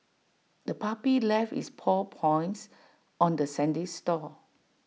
the puppy left its paw points on the sandy store